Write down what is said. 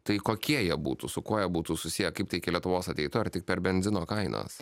tai kokie jie būtų su kuo jie būtų susiję kaip tai iki lietuvos ateitų ar tik per benzino kainas